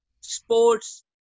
sports